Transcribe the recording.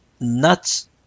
nuts